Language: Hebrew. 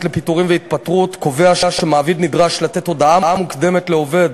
לפיטורים ולהתפטרות קובע שמעביד נדרש לתת הודעה מוקדמת לעובד